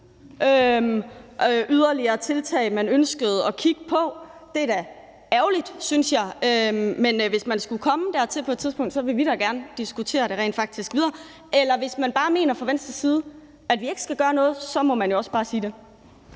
yderligere tiltag, man ønskede at kigge på. Det er da ærgerligt, synes jeg. Men hvis man skulle komme dertil på et tidspunkt, vil vi da gerne diskutere det videre. Men hvis man bare mener fra Venstres side, at vi ikke skal gøre noget, så må man jo også bare sige det.